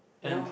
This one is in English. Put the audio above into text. and